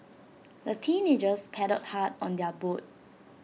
the teenagers paddled hard on their boat